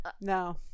No